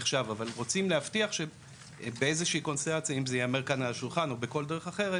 אם זה ייאמר כאן בשולחן או בכל דרך אחרת